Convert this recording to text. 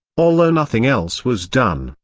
although nothing else was done,